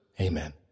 Amen